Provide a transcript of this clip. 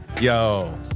Yo